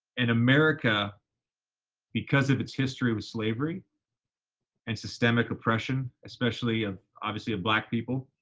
and america because of its history of slavery and systemic oppression, especially of obviously of black people,